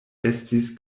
estis